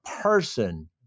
person